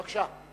בבקשה.